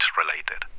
related